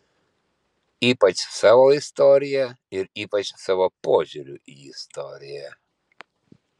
ypač savo istorija ir ypač savo požiūriu į istoriją